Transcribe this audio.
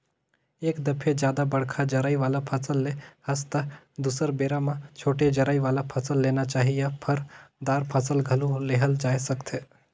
एक दफे जादा बड़का जरई वाला फसल ले हस त दुसर बेरा म छोटे जरई वाला फसल लेना चाही या फर, दार फसल घलो लेहल जाए सकथे